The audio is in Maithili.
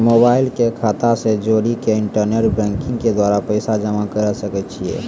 मोबाइल के खाता से जोड़ी के इंटरनेट बैंकिंग के द्वारा पैसा जमा करे सकय छियै?